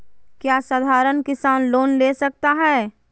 क्या साधरण किसान लोन ले सकता है?